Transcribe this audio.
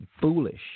foolish